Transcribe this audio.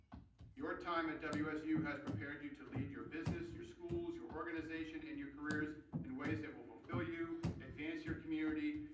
your time at wsu has prepared you to lead your business, your schools, your organizations and your careers in ways that will fulfill you, advance your community,